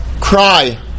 cry